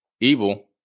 evil